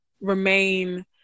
remain